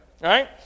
right